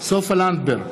סופה לנדבר,